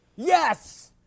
Yes